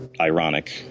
ironic